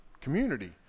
community